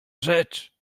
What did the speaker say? rzecz